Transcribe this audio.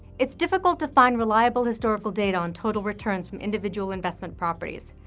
it's difficult to find reliable historical data on total returns from individual investment properties.